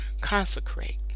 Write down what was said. consecrate